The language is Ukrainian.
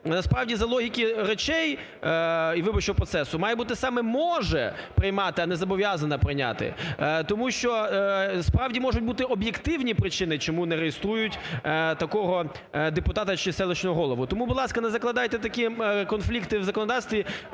насправді за логіки речей і виборчого процесу має бути саме "може приймати", а не "зобов'язана прийняти", тому що справді можуть бути об'єктивні причини, чому не реєструють такого депутата чи селищного голову. Тому, будь ласка, не закладайте такі конфлікти в законодавстві.